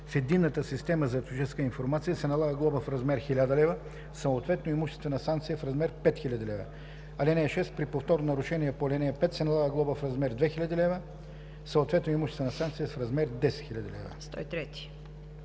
в Единната система за туристическа информация, се налага глоба в размер 1000 лв., съответно имуществена санкция в размер 5000 лв. (6) При повторно нарушение по ал. 5 се налага глоба в размер 2000 лв., съответно имуществена санкция в размер 10 000 лв.“ Комисията